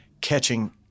catching